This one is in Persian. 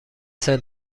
سال